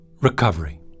recovery